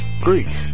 Greek